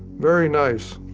very nice.